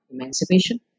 emancipation